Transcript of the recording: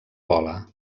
gola